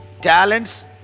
talents